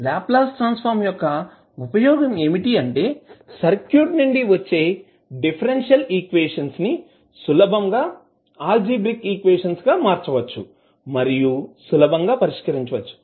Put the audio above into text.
Laplace transform యొక్క ఉపయోగం ఏమిటి అంటే సర్క్యూట్ నుండి వచ్చే డిఫరెన్షియల్ ఈక్వేషన్స్ ని సులభంగా అల్జిబ్రిక్ ఈక్వేషన్స్ గా మార్చవచ్చు మరియు సులభంగా పరిష్కరించవచ్చు